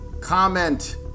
comment